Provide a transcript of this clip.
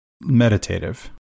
meditative